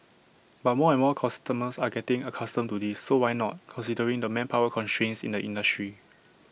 but more and more customers are getting accustomed to this so why not considering the manpower constraints in the industry